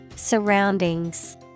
Surroundings